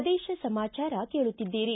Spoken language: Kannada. ಪ್ರದೇಶ ಸಮಾಚಾರ ಕೇಳುತ್ತಿದ್ದೀರಿ